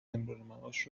امرارمعاش